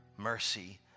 mercy